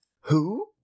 Who